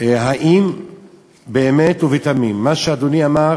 האם באמת ובתמים מה שאדוני אמר